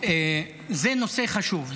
זה נושא חשוב,